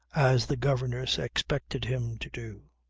as the governess expected him to do,